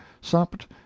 supped